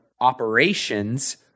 operations